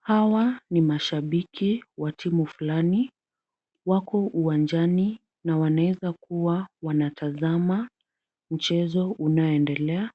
Hawa ni mashabiki wa timu fulani wako uwanjani na wanaweza kuwa wanatazama mchezo unaoendelea.